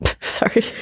Sorry